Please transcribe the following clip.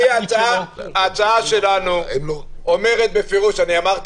אנחנו העדפנו, ואמרתי